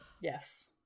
Yes